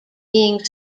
being